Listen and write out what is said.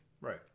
Right